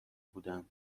بودن